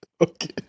Okay